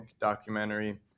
documentary